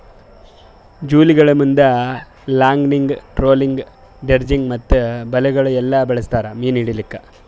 ಜಾಲಿಗೊಳ್ ಮುಂದ್ longlining, trolling, dredging ಮತ್ತ ಬಲೆಗೊಳ್ ಎಲ್ಲಾ ಬಳಸ್ತಾರ್ ಮೀನು ಹಿಡಿಲುಕ್